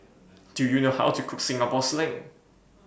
Do YOU know How to Cook Singapore Sling